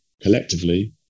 collectively